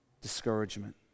Discouragement